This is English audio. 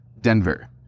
Denver